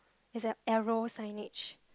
it's a arrow signage